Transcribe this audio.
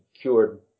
cured